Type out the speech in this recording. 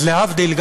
ולהבדיל,